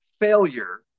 failure